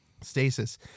stasis